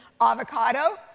Avocado